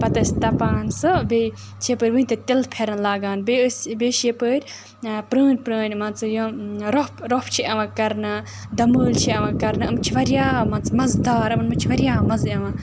پَتہٕ ٲسۍ تَپان سُہ بیٚیہِ چھِ یَپٲرۍ وٕںۍ تہِ تِلہٕ پھٮ۪رَن لاگان بیٚیہِ ٲسۍ بیٚیہِ چھِ یَپٲرۍ پرٛٲنۍ پرٛٲنۍ مان ژٕ یِم رۄپھ رۄپھ چھِ یِوان کَرنہٕ دَمٲلۍ چھِ یِوان کَرنہٕ ایِم چھِ واریاہ مان ژٕ مَزٕدار یِمَن چھِ واریاہ مَزٕ یِوان